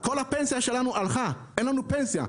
כל הפנסיה שלנו הלכה, אין לנו פנסיה.